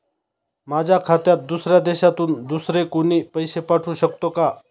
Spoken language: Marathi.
माझ्या खात्यात दुसऱ्या देशातून दुसरे कोणी पैसे पाठवू शकतो का?